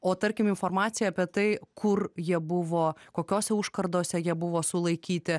o tarkim informacija apie tai kur jie buvo kokiose užkardose jie buvo sulaikyti